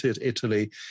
Italy